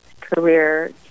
career